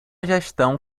gestão